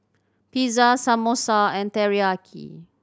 Pizza Samosa and Teriyaki